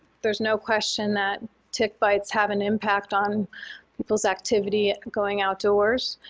there's no question that tick bites have an impact on people's activity going outdoors,